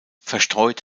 verstreut